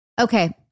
Okay